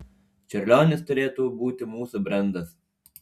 čiurlionis turėtų būti mūsų brendas